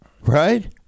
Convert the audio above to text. right